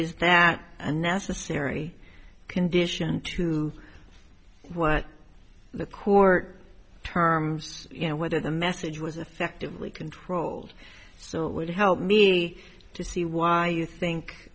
is that a necessary condition to what the court terms you know whether the message was effectively controlled so it would help me to see why you